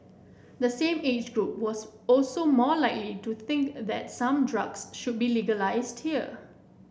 the same age group was also more likely to think that some drugs should be legalised here